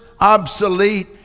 obsolete